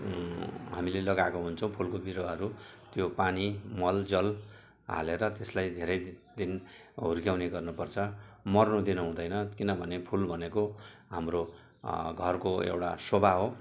हामीले लगाएको हुन्छौँ फुलको बिरुवाहरू त्यो पानी मल जल हालेर त्यसलाई धेरै दिन हुर्काउने गर्नुपर्छ मर्नु दिनु हुँदैन किनभने फुल भनेको हाम्रो घरको एउटा शोभा हो